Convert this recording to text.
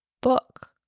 book